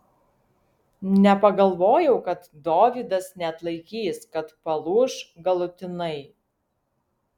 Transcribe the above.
nepagalvojau kad dovydas neatlaikys kad palūš galutinai